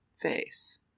Face